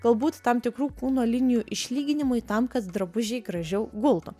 galbūt tam tikrų kūno linijų išlyginimui tam kad drabužiai gražiau gultų